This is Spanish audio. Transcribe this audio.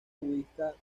budista